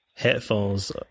headphones